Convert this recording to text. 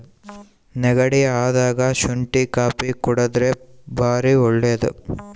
ನೆಗಡಿ ಅದಾಗ ಶುಂಟಿ ಕಾಪಿ ಕುಡರ್ದೆ ಬಾರಿ ಒಳ್ಳೆದು